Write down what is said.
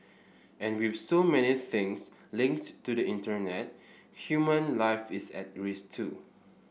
and with so many things linked to the Internet human life is at risk too